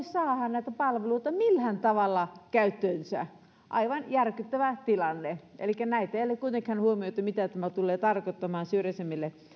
saada näitä palveluita millään tavalla käyttöönsä aivan järkyttävä tilanne elikkä ei ole kuitenkaan huomioitu mitä tämä tulee tarkoittamaan syrjäisemmille